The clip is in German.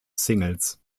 singles